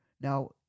Now